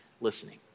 listening